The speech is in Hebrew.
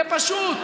זה פשוט.